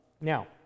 Now